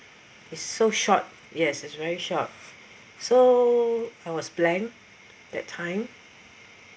is so short yes it's very short so I was blank that time